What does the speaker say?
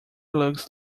looks